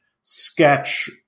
sketch